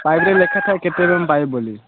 ପାଇପ୍ରେ ଲେଖା ଥାଏ କେତେ ଏମ୍ ଏମ୍ ପାଇପ୍ ବୋଲି